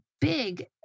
big